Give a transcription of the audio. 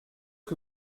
que